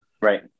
right